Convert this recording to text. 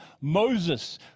Moses